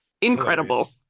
incredible